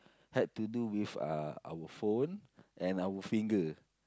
hard to do with uh our phone and our finger